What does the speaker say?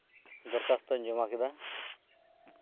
ᱫᱚᱨᱠᱷᱟᱛᱚᱧ ᱡᱚᱢᱟ ᱠᱮᱫᱟ